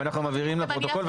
ואנחנו מבהירים לפרוטוקול,